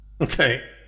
okay